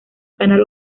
canal